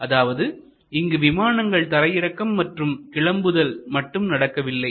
அதாவது இங்கு விமானங்கள் தரையிறக்கம் மற்றும் கிளம்புதல் மட்டும் நடக்கவில்லை